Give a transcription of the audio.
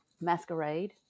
masquerade